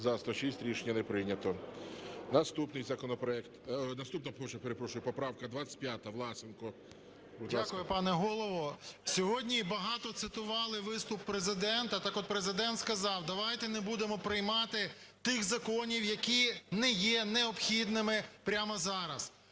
За-106 Рішення не прийнято. Наступний законопроект... Наступна, перепрошую, поправка 25. Власенко, будь ласка. 14:37:05 ВЛАСЕНКО С.В. Дякую, пане Голово. Сьогодні багато цитували виступ Президента, так от, Президент сказав: давайте не будемо приймати тих законів, які не є необхідними прямо зараз.